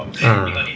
ah